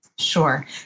Sure